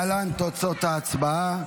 להלן תוצאות ההצבעה: